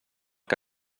que